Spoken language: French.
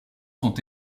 sont